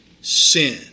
sin